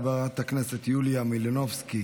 חברת הכנסת יוליה מלינובסקי,